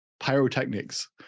Pyrotechnics